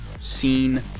seen